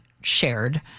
shared